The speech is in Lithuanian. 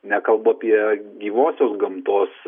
nekalbu apie gyvosios gamtos